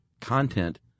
content